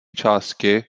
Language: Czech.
části